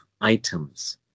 items